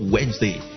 Wednesday